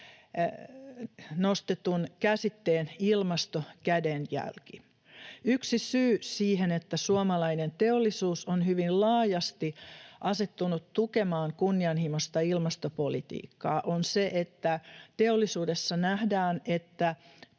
nostetun käsitteen ”ilmastokädenjälki”. Yksi syy siihen, että suomalainen teollisuus on hyvin laajasti asettunut tukemaan kunnianhimoista ilmastopolitiikkaa, on se, että teollisuudessa nähdään, että